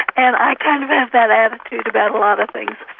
and i kind of have that attitude about a lot of things.